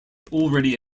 already